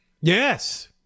Yes